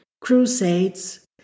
Crusades